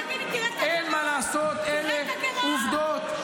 אין מה לעשות, אלה עובדות.